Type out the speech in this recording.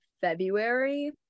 February